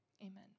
Amen